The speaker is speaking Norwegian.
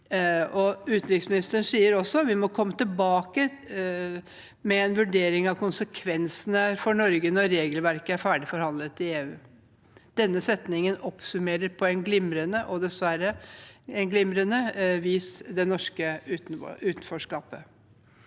Utenriksministeren sier også at vi må komme tilbake med en vurdering av konsekvensene for Norge når regelverket er ferdigforhandlet i EU. Denne setningen oppsummerer – dessverre – på glimrende vis det norske utenforskapet.